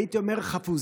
והייתי אומר חפוזה,